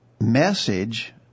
message